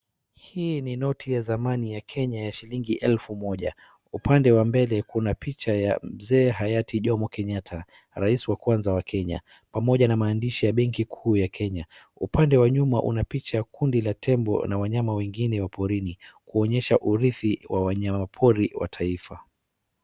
Hii ni noti ya zamani ya Kenya ya shilingi elfu moja. Upande wa mbele kuna picha ya Mzee hayati Jomo Kenyatta rasi wa kwanza wa Kenya pamoja na maandishi ya benki kuu ya Kenya. Upande wa nyuma una picha ya kundi la tembo na wanyama wengine wa porini kuonyesha urithi wa wanyama pori wa taifa.